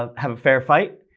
ah have a fair fight.